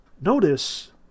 Notice